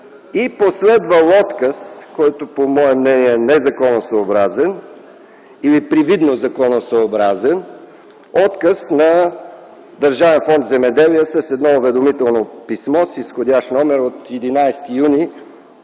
Последвал е отказ, който по мое мнение е незаконосъобразен или привидно законосъобразен – отказ на Държавен фонд „Земеделие” с уведомително писмо с изходящ номер от 11 юни